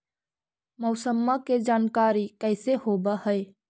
मौसमा के जानकारी कैसे होब है?